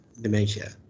dementia